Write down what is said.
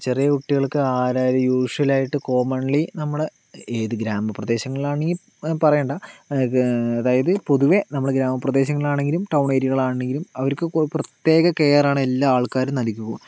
ചെറിയ കുട്ടികൾക്ക് ആരായാലും യൂഷ്വലായിട്ട് കോമ്മൺലി നമ്മൾ ഏത് ഗ്രാമപ്രദേശങ്ങളിലാണെങ്കിൽ പറയേണ്ട അതായത് പൊതുവേ നമ്മളെ ഗ്രാമപ്രദേശങ്ങളിലാണെങ്കിലും ടൗൺ ഏരിയകളാണെങ്കിലും അവർക്ക് പ്രത്യേക കെയറാണ് എല്ലാ ആൾക്കാരും നൽകു